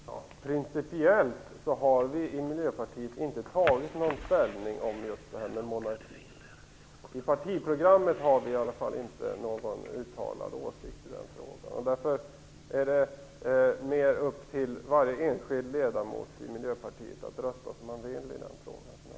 Fru talman! Principiellt har vi i Miljöpartiet inte tagit ställning till monarki. I partiprogrammet har vi i alla fall inte någon uttalad åsikt i den frågan. Därför är det upp till varje enskild medlem i Miljöpartiet att rösta som man vill i den frågan.